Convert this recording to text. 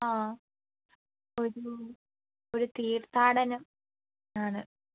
ആ ഒരു ഒരു തീത്ഥാടനം ആണ്